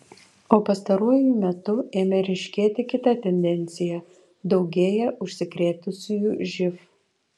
o pastaruoju metu ėmė ryškėti kita tendencija daugėja užsikrėtusiųjų živ